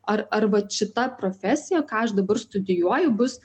ar ar vat šita profesija ką aš dabar studijuoju bus